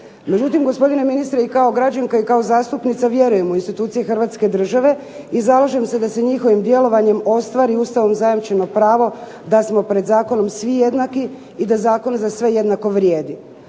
Međutim, gospodine ministre, i kao građanka i kao zastupnica vjerujem u institucije Hrvatske države i zalažem se da se njihovim djelovanjem ostvari Ustavom zajamčeno pravo da smo pred zakonom svi jednaki i da zakon za sve jednako vrijedi.